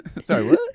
sorry